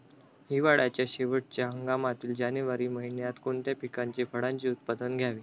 हिवाळ्याच्या शेवटच्या हंगामातील जानेवारी महिन्यात कोणत्या पिकाचे, फळांचे उत्पादन घ्यावे?